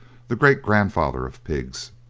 the great-grandfather of pigs.